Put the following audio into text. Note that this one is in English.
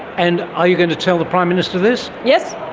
and are you going to tell the prime minister this? yes.